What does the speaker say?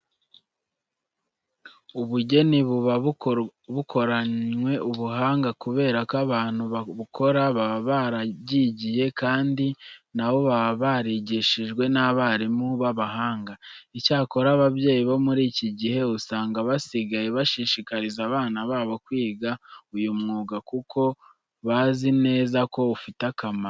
Ubugeni buba bukoranwe ubuhanga kubera ko abantu babukora baba barabyigiye kandi na bo baba barigishijwe n'abarimu b'abahanga. Icyakora ababyeyi bo muri iki gihe, usanga basigaye bashishikariza abana babo kwiga uyu mwuga kuko bazi neza ko ufite akamaro.